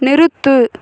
நிறுத்து